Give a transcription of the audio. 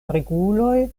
reguloj